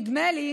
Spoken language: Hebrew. נדמה לי